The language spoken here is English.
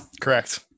Correct